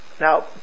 Now